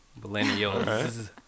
Millennials